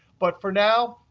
but for now,